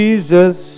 Jesus